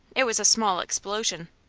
it was a small explosion.